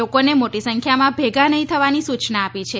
લોકોને મોટી સંખ્યામાં ભેગા નહીં થવાની સૂચના આપી છે